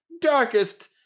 darkest